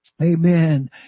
Amen